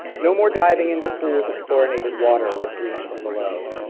no more diving into pools of chlorinated water, lit green from below.